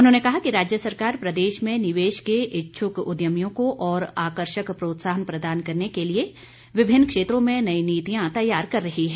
उन्होंने कहा कि राज्य सरकार प्रदेश में निवेश के इच्छुक उद्यमियों को और आकर्षक प्रोत्साहन प्रदान करने के लिए विभिन्न क्षेत्रों में नई नीतियां तैयार कर रही हैं